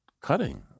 cutting